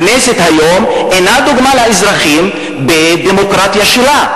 הכנסת היום אינה דוגמה לאזרחים בדמוקרטיה שלה,